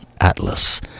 Atlas